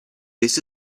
this